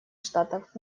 штатов